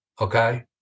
Okay